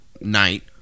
night